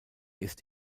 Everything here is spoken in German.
ist